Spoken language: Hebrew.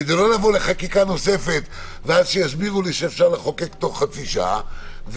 כדי לא לבוא לחקיקה נוספת ואז שיסבירו לי שאפשר לחוקק בתוך חצי שעה,